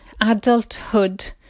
adulthood